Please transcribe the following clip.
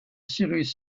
cyrus